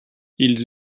ils